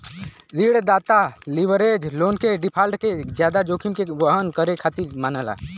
ऋणदाता leverage loan क default के जादा जोखिम के वहन करे खातिर मानला